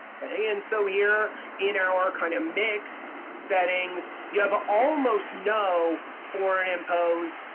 okay? and so here in our kind of mixed settings you have almost no foreign imposed,